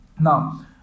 Now